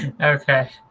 Okay